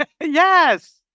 Yes